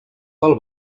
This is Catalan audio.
pel